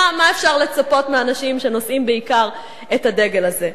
מה אפשר לצפות מאנשים שנושאים בעיקר את הדגל הזה?